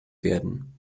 werden